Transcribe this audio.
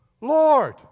Lord